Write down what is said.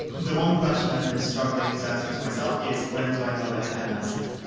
the one question i've been struggling to answer to myself is when do i know that i've had enough sleep?